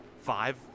five